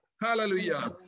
hallelujah